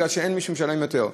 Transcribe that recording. כי אין מי שמשלם יותר.